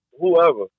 whoever